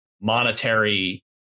monetary